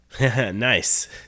Nice